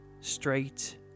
straight